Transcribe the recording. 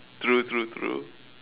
true true true